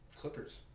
Clippers